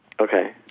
Okay